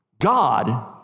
God